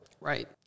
Right